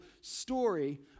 story